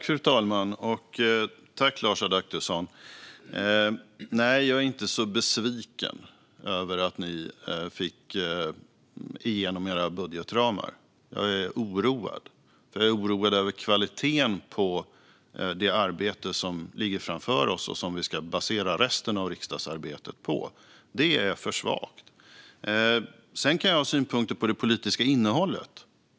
Fru talman! Nej, jag är inte så besviken över att ni fick igenom era budgetramar, Lars Adaktusson. Jag är oroad. Jag är oroad över kvaliteten på det arbete som ligger framför oss och som vi ska basera resten av riksdagsarbetet på. Det är för svagt. Sedan kan jag ha synpunkter på det politiska innehållet.